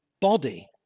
body